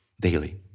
daily